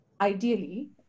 ideally